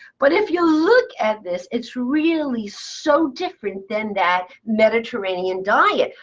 but if you look at this, it's really so different than that mediterranean diet.